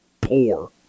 poor